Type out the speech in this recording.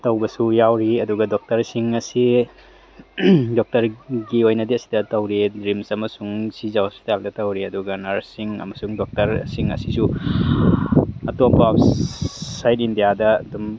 ꯇꯧꯕꯁꯨ ꯌꯥꯎꯔꯤ ꯑꯗꯨꯒ ꯗꯣꯛꯇꯔꯁꯤꯡ ꯑꯁꯤ ꯗꯣꯛꯇꯔꯒꯤ ꯑꯣꯏꯅꯗꯤ ꯑꯁꯤꯗ ꯇꯧꯔꯤ ꯔꯤꯝꯁ ꯑꯃꯁꯨꯡ ꯁꯤꯖ ꯍꯣꯁꯄꯤꯇꯥꯜꯗ ꯇꯧꯔꯤ ꯑꯗꯨꯒ ꯅꯔꯁꯁꯤꯡ ꯑꯃꯁꯨꯡ ꯗꯣꯛꯇꯔꯁꯤꯡ ꯑꯁꯤꯁꯨ ꯑꯇꯣꯞꯄ ꯑꯥꯎꯠꯁꯥꯏꯠ ꯏꯟꯗꯤꯌꯥꯗ ꯑꯗꯨꯝ